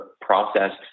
processed